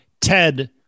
Ted